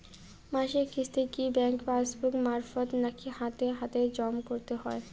মাসিক কিস্তি কি ব্যাংক পাসবুক মারফত নাকি হাতে হাতেজম করতে হয়?